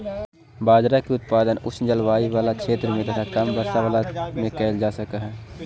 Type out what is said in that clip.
बाजरा के उत्पादन उष्ण जलवायु बला क्षेत्र में तथा कम वर्षा बला क्षेत्र में कयल जा सकलई हे